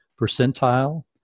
percentile